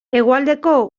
hegoaldeko